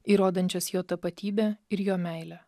įrodančias jo tapatybę ir jo meilę